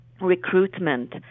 recruitment